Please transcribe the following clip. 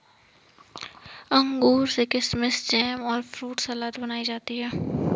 अंगूर से किशमिस जैम और फ्रूट सलाद बनाई जाती है